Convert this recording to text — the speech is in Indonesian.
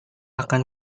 akan